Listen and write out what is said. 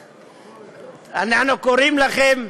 אנחנו קוראים לכם,